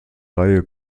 reihe